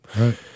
Right